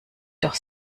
doch